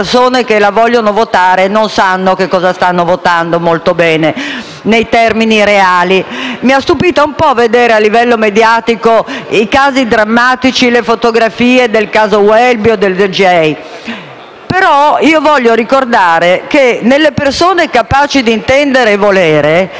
Mi ha stupito vedere a livello mediatico i casi drammatici e le fotografie dei casi Welby o del dj. Vorrei però ricordare che alle persone capaci d'intendere e di volere la legge già permette di rifiutare le terapie e le cure.